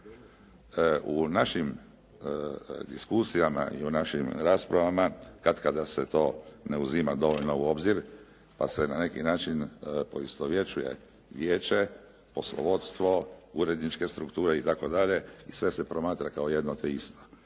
U našim diskusijama i u našim raspravama katkada se to ne uzima dovoljno u obzir pa se na neki način poistovjećuje vijeće, poslovodstvo, uredničke strukture i tako dalje i sve se promatra kao jedno te isto.